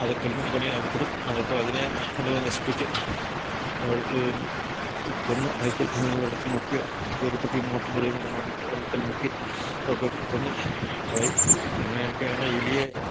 അത് കെണിയിൽ അകപ്പെടും അപ്പോൾ അതിനെ കൊണ്ടുപോയി നശിപ്പിച്ച് കൊന്ന് വെള്ളത്തിൽ മുക്കിയോ എലിപ്പെട്ടി മുഴുവനോടെ വെള്ളത്തിൽ മുക്കി ഒക്കെ കൊന്നുകളയും അങ്ങനെയൊക്കെയാണ് എലിയെ